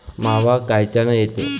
मावा कायच्यानं येते?